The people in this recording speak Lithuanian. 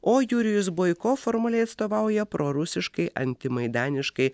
o jurijus boiko formaliai atstovauja prorusiškai antimaidaniškai